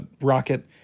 rocket